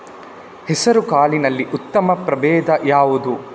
ಹೆಸರುಕಾಳಿನಲ್ಲಿ ಉತ್ತಮ ಪ್ರಭೇಧ ಯಾವುದು?